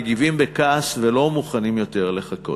מגיבים בכעס ולא מוכנים יותר לחכות,